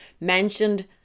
mentioned